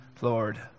Lord